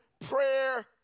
prayer